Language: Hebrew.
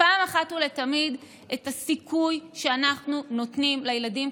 אחת ולתמיד את הסיכוי שאנחנו נותנים לילדים,